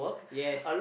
yes